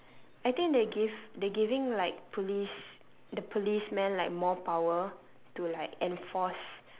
I think they give they giving like police the policemen like more power to like enforce